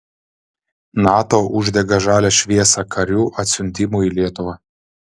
nato uždega žalią šviesą karių atsiuntimui į lietuvą